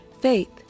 Faith